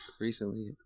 Recently